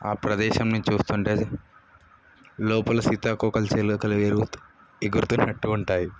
ఆ ప్రదేశాన్ని చూస్తుంటే లోపల సీతాకోకచిలుకలు ఎగురుతూ ఎగురుతున్నట్టు ఉంటాయి